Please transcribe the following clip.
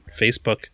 Facebook